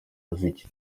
muziki